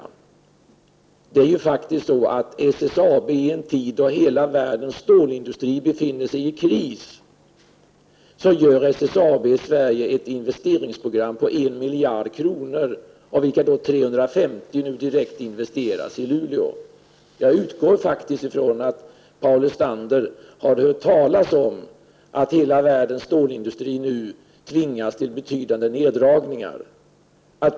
SSAB genomför i Sverige —i en tid då hela världens stålindustri befinner sig i kris — ett investeringsprogram på 1 miljard kronor, av vilka 350 miljoner direkt investeras i Luleå. Jag utgår faktiskt från att Paul Lestander har hört talas om att hela världens stålindustri tvingas till betydande neddragningar.